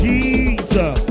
Jesus